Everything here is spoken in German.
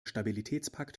stabilitätspakt